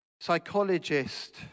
psychologist